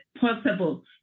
possible